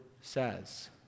says